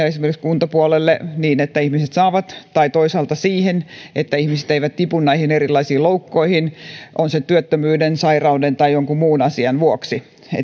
esimerkiksi kuntapuolelle niin että ihmiset saavat palveluja tai toisaalta siihen että ihmiset eivät tipu erilaisiin loukkuihin on se sitten työttömyyden sairauden tai jonkun muun asian vuoksi